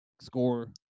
score